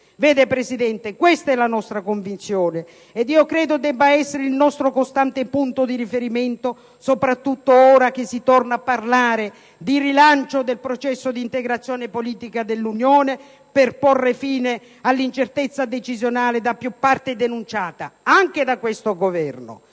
Signor Presidente, questa è la nostra convinzione e credo debba essere il nostro costante punto di riferimento, soprattutto ora che si torna a parlare di rilancio del processo di integrazione politica dell'Unione per porre fine all'incertezza decisionale da più parti denunciata, anche da questo Governo.